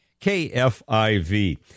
KFIV